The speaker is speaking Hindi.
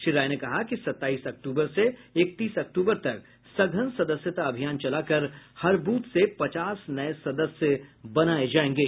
श्री राय ने कहा कि सताईस अक्टूबर से इकतीस अक्टूबर तक सघन सदस्यता अभियान चलाकर हर बूथ से पचास नये सदस्य बनाये जायेंगे